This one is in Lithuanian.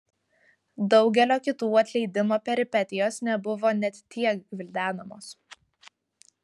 daugelio kitų atleidimo peripetijos nebuvo net tiek gvildenamos